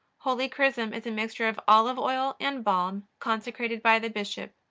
holy chrism is a mixture of olive-oil and balm, consecrated by the bishop.